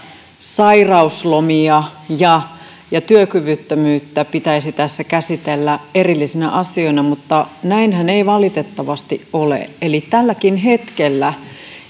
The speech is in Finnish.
sairauslomia ja ja työkyvyttömyyttä pitäisi tässä käsitellä erillisinä asioina mutta näinhän ei valitettavasti ole eli tälläkin hetkellä kun